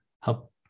help